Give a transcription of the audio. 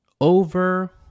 over